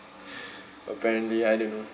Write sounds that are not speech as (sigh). (breath) apparently I don't know